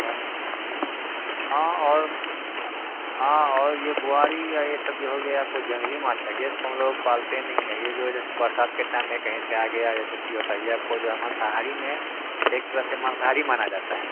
और हाँ और और ये बुआरी या ये सब जो हो गया आपको जंगली माछ चाहिए इसको हम लोग पालते नहीं है ये जो है जैसे बरसात के टाइम में कहीं से आ गया या ये कुछ भी होता है ये आपको जो है मंसाहारी में एक तरह से मांसाहारी माना जाता है